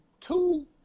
Two